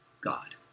God